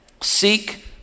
seek